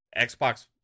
Xbox